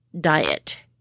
diet